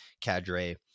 cadre